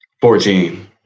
Fourteen